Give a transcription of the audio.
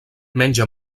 menja